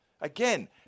Again